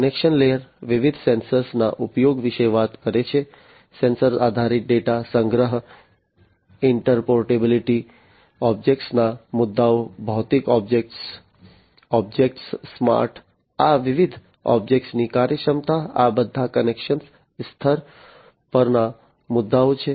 connection layer વિવિધ સેન્સરના ઉપયોગ વિશે વાત કરે છે સેન્સર આધારિત ડેટા સંગ્રહ ઇન્ટરઓપરેબિલિટી ઑબ્જેક્ટ્સના મુદ્દાઓ ભૌતિક ઑબ્જેક્ટ્સ ઑબ્જેક્ટ્સ સ્માર્ટ આ વિવિધ ઑબ્જેક્ટ્સની કાર્યક્ષમતા આ બધા કનેક્શન સ્તર પરના મુદ્દાઓ છે